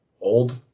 old